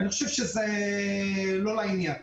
אני חושב שזה לא לעניין.